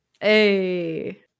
Hey